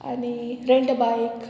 आनी रेंट बायक